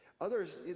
others